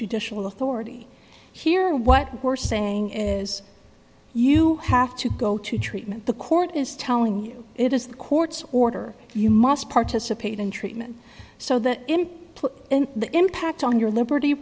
judicial authority here what we're saying is you have to go to treatment the court is telling you it is the court's order you must participate in treatment so that any put in the impact on your liberty